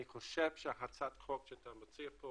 אני חושב שהצעת החוק שאתה מציע פה